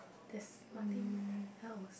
there's nothing else